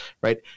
right